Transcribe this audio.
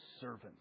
servant